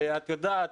ואת יודעת,